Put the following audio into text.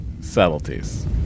subtleties